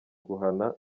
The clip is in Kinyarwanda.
guhana